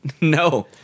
no